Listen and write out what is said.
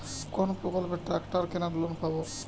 কোন প্রকল্পে ট্রাকটার কেনার লোন পাব?